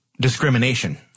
discrimination